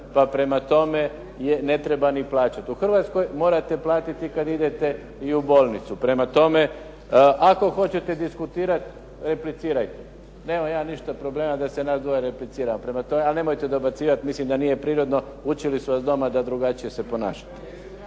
pa prema tome ne treba ni plaćati. U Hrvatskoj morate platiti kad idete i bolnicu. Prema tome, ako hoćete diskutirati replicirajte. Nemam ja ništa problema da se nas dvoje repliciramo. Prema tome, ali nemojte dobacivati, mislim da nije prirodno. Učili su vas doma da drugačije se ponašate.